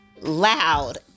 Loud